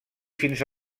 fins